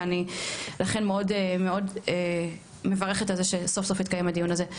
ואני לכן מאוד מאוד מברכת על זה שסוף סוף מתקיים הדיון הזה.